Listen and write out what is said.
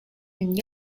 and